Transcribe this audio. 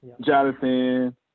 Jonathan